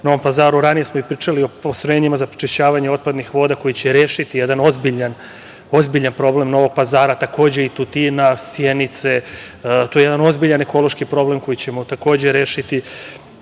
Ranije smo pričali o postrojenjima za prečišćavanje otpadnih voda koji će rešiti jedan ozbiljan problem Novog Pazara, Tutina, Sjenice. To je jedan ozbiljan ekološki problem koji ćemo rešiti. Ponovio